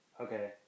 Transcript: Okay